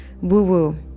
woo-woo